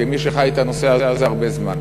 כמי שחי את הנושא הזה הרבה זמן,